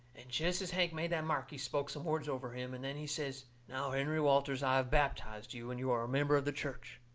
and jest as hank made that mark he spoke some words over him, and then he says now, henry walters, i have baptized you, and you are a member of the church.